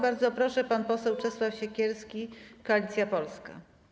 Bardzo proszę, pan poseł Czesław Siekierski, Koalicja Polska.